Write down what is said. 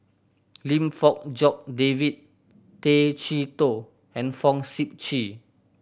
Lim Fong Jock David Tay Chee Toh and Fong Sip Chee